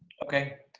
okay.